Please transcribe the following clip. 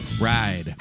ride